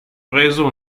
preso